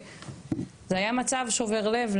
זה היה מצב שובר לב,